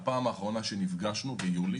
מהפעם האחרונה שנפגשנו ביולי